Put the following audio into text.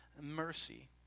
mercy